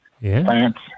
plants